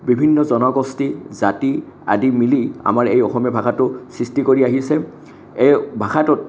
বিভিন্ন জনগোষ্ঠী জাতি আদি মিলি আমাৰ এই অসমীয়া ভাষাটো সৃষ্টি কৰি আহিছে এই ভাষাটোত